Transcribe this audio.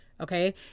Okay